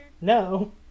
No